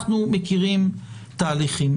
אנחנו מכירים תהליכים.